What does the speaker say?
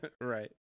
Right